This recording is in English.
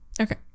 okay